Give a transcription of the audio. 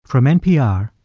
from npr,